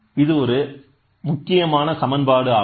இது ஒரு முக்கியமான சமன்பாடு ஆகும்